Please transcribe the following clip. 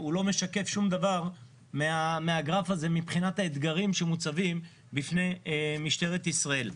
לא משקף שום דבר מהגרף הזה מבחינת האתגרים שמוצבים בפני משטרת ישראל.